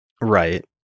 Right